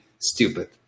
stupid